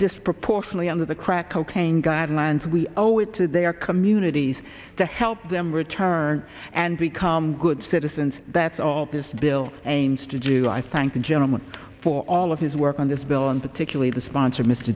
disproportionately under the crack cocaine guidelines we owe it to their communities to help them return and become good citizens that's all this bill aims to do i thank the gentleman for all of his work on this bill and particularly the sponsor m